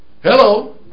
Hello